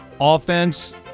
Offense